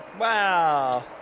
Wow